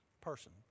person